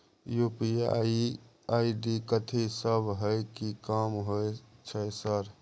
UPI ID कथि सब हय कि काम होय छय सर?